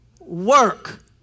Work